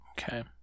Okay